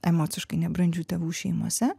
emociškai nebrandžių tėvų šeimose